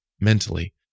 mentally